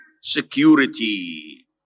security